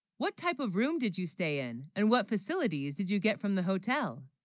what type of room did you stay in and what facilities did you get from the hotel